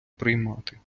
приймати